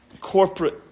Corporate